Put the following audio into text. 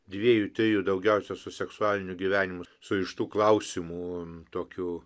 dviejų trijų daugiausia su seksualiniu gyvenimu surištų klausimų tokių